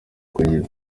kugira